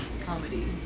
Comedy